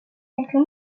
quelques